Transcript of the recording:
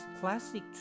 classic